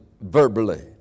verbally